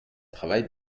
travaille